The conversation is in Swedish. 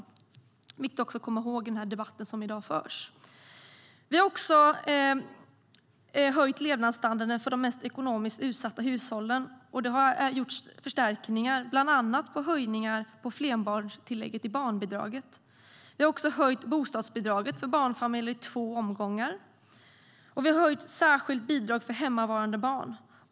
Det är viktigt att komma ihåg i den debatt som förs i dag. Vi har också höjt levnadsstandarden för de ekonomiskt mest utsatta hushållen, och det har gjorts förstärkningar, bland annat genom höjningar av flerbarnstillägget i barnbidraget. Vi har också höjt bostadsbidraget för barnfamiljer i två omgångar, och vi har höjt det särskilda bidraget för hemmavarande barn.